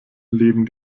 leben